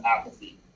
apathy